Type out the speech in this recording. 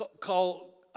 call